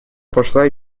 пошла